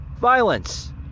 violence